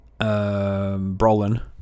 Brolin